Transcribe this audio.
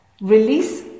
release